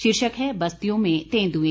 शीर्षक है बस्तियों में तेंदुए